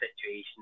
situation